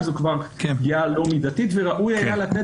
זו כבר פגיעה לא מידתית וראוי היה לתת